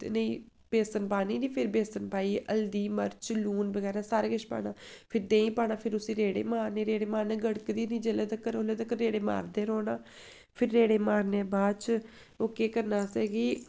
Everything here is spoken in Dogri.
ते नेईं बेसन पानी नी फिर बेसन पाइयै हल्दी मर्च लून बगैरा सारा कुछ पाना फिर देहीं पाना फिर उस्सी रेड़े मारने रेड़े मारने गड़कदी निं जेल्लै तक्कर उसले तक्कर रेड़े मारदे रौह्ना फिर रेड़े मारने बाद च ओह् केह् करना असें कि